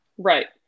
Right